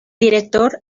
director